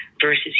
versus